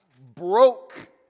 broke